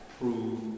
prove